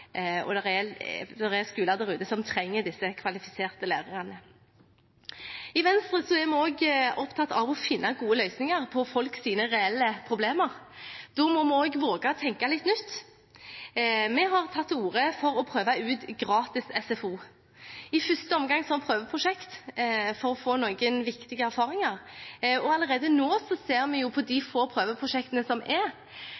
skoler der ute som trenger disse kvalifiserte lærerne. I Venstre er vi også opptatt av å finne gode løsninger på folks reelle problemer. Da må vi våge å tenke litt nytt. Vi har tatt til orde for å prøve ut gratis SFO, i første omgang som prøveprosjekt for å få noen viktige erfaringer. Allerede nå ser vi at de få prøveprosjektene med gratis SFO melder om høy deltakelse og om positive tilbakemeldinger om at det er